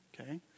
Okay